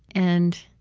and